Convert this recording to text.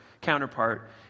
counterpart